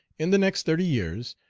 in the next thirty years,